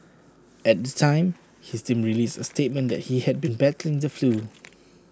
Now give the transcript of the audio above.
at the time his team released A statement that he had been battling the flu